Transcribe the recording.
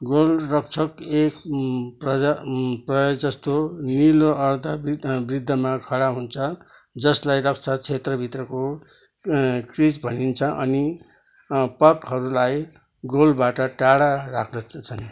गोलरक्षक एक प्रजा प्राय जस्तो निलो अर्धबृ बृद्धमा खडा हुन्छ जसलाई रक्षा क्षेत्रभित्रको क्रिज भनिन्छ अनि पकहरूलाई गोलबाट टाढा राख्दछन्